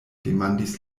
demandis